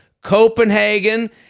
Copenhagen